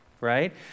right